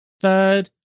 third